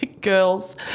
girls